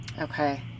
Okay